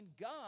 God